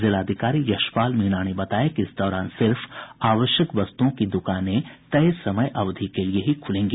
जिलाधिकारी यशपाल मीणा ने बताया कि इस दौरान सिर्फ आवश्यक वस्तुओं की दुकानें तय समय अवधि के लिये ही ख्लेंगी